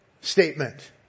statement